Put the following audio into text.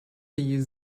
thee